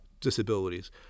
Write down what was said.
disabilities